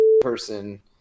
person